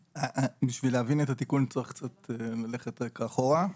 בשביל להבין את התיקון צריך קצת ללכת אחורה.